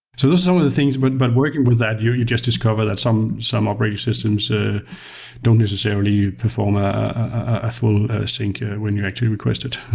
so some of the things, but but working with that, you you just discover that some some operating systems ah don't necessarily perform ah ah actual sync when you actually request it.